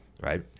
right